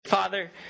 Father